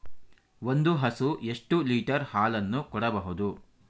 ಒಂದು ಹಸು ಎಷ್ಟು ಲೀಟರ್ ಹಾಲನ್ನು ಕೊಡಬಹುದು?